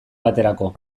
baterako